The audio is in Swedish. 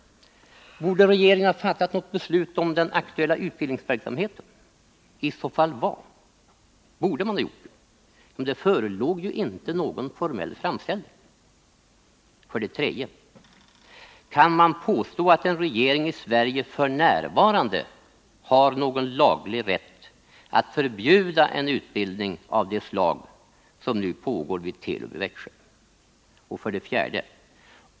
Borde regeringen ha fattat något beslut om den aktuella utbildningsverksamheten? Vad borde man i så fall ha gjort? Det förelåg ju inte någon formell framställning. 3. Kan man påstå att en regering i Sverige f. n. har någon laglig rätt att förbjuda en utbildning av det slag som nu pågår vid Telub i Växjö? 4.